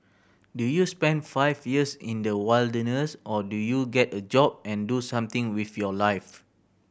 do you spend five years in the wilderness or do you get a job and do something with your life